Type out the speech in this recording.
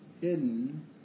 hidden